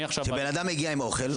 אני עכשיו --- כשבן אדם מגיע עם אוכל,